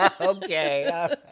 Okay